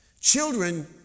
Children